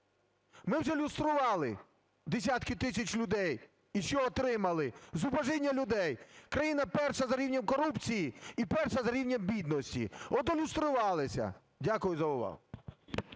Ми же люстрували десятки тисяч людей - і що отримали? Зубожіння людей, країна перша за рівнем корупції і перша за рівнем бідності. От долюструвалися! Дякую за увагу.